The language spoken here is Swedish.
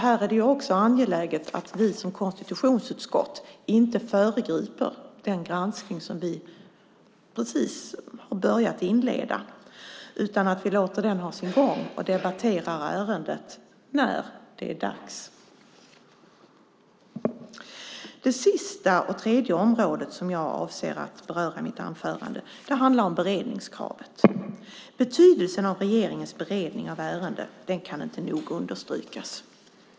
Här är det också angeläget att vi som konstitutionsutskott inte föregriper den granskning som vi precis har inlett utan att vi låter den ha sin gång och debatterar ärendet när det är dags. Det sista och tredje område jag avser att beröra i mitt anförande gäller beredningskravet. Betydelsen av regeringens beredning av ärenden kan inte nog understrykas.